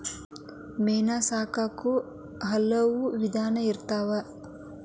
ಮೇನಾ ಸಾಕಾಕು ಹಲವು ವಿಧಾನಾ ಇರ್ತಾವ